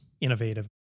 innovative